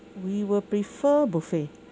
we will prefer buffet